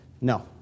No